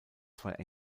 zwei